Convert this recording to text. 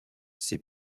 ses